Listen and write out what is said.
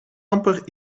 amper